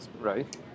Right